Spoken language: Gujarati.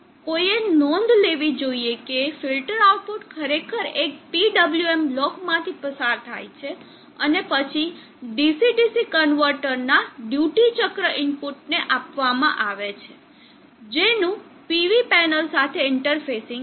કોઈએ નોંધ લેવી જોઈએ કે ફિલ્ટર આઉટપુટ ખરેખર એક PWM બ્લોકમાંથી પસાર થાય છે અને પછી DC DC કન્વર્ટરના ડ્યુટી ચક્ર ઇનપુટને આપવામાં આવે છે જેનું PV પેનલ સાથે ઇન્ટરફેસિંગ છે